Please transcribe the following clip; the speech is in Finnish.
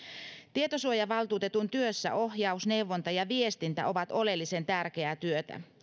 tietosuojavaltuutetun työssä ohjaus neuvonta ja viestintä ovat oleellisen tärkeää työtä